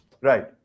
Right